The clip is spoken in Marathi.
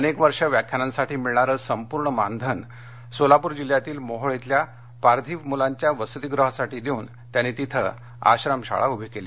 अनेक वर्षे व्याख्यानांसाठी मिळणार संपूर्ण मानधन सोलापूर जिल्ह्यातील मोहोळ इथल्या पारधी मुलांच्या वसतीगृहासाठी देऊन त्यांनी तिथे आश्रमशाळा उभी केली